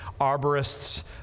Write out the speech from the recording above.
Arborists